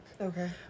Okay